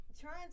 Trying